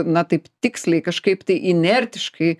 na taip tiksliai kažkaip tai inertiškai